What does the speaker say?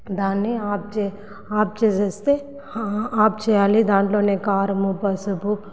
దాన్ని ఆప్ చే ఆఫ్ చేస్తే ఆఫ్ చేయాలి దాంట్లోనే కారము పసుపు